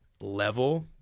level